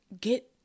get